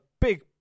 big